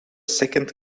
second